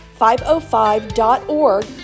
505.org